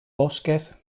bosques